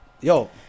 yo